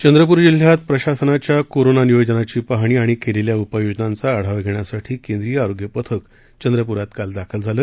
चंद्रपूर जिल्ह्यात प्रशासनाच्या कोरोना नियोजनाची पाहणी आणि केलेल्या उपाययोजनांचा आढावा घेण्यासाठी केंद्रीय आरोग्य पथक चंद्रपुरात काल दाखल झालं